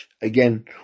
again